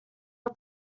are